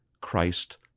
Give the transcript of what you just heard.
Christ